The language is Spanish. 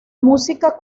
música